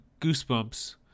Goosebumps